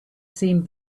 seemed